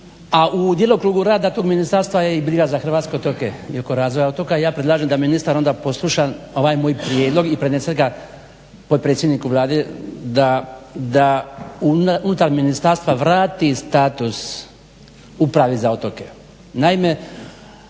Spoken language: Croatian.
a u djelokrugu rada tog ministarstva je i briga za hrvatske otoke i oko razvoja otoka ja predlažem da ministar onda posluša ovaj moj prijedlog i prenese ga potpredsjedniku Vlade da unutar ministarstva vrati status Upravi za otoke.